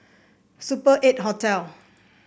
Super Eight Hotel